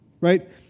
right